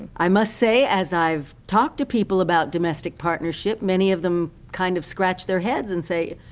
i must say, as i've talked to people about domestic partnership, many of them kind of scratch their heads and say,